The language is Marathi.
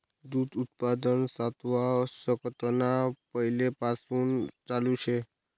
दूध उत्पादन सातवा शतकना पैलेपासून चालू शे